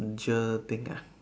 venture thing ah